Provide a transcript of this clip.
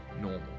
normal